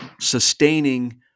sustaining